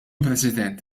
president